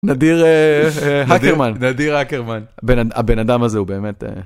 נדיר האקרמן, הבן אדם הזה הוא באמת.